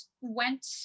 went